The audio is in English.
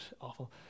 awful